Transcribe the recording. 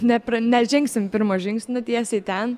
nepra nežengsim pirmu žingsniu tiesiai ten